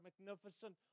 magnificent